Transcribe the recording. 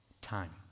time